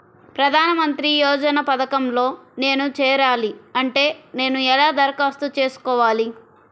ప్రధాన మంత్రి యోజన పథకంలో నేను చేరాలి అంటే నేను ఎలా దరఖాస్తు చేసుకోవాలి?